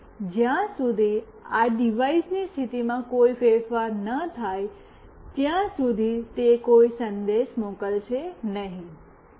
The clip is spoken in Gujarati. અને જ્યાં સુધી આ ડિવાઇસની સ્થિતિમાં કોઈ ફેરફાર ન થાય ત્યાં સુધી તે કોઈ સંદેશ મોકલશે નહીં